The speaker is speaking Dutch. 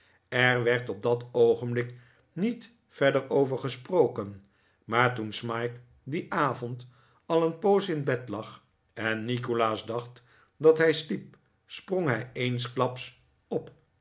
er werd op dat oogenblik niet verder over gesproken maar toen smike dien avond al een poos in bed lag en nikolaas dacht dat hij sliep sprong hij eensklaps op